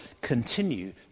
continue